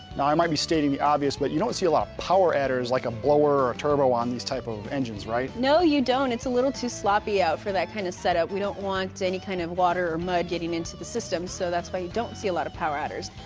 now i might be stating the obvious but you don't see a lot of power adders like a blower or a turbo on these type of engines right? eliza no you don't. it's a little too sloppy out for that kind of setup. we don't want any kind of water mud getting into the system. so that's why you don't see a lot of power adders.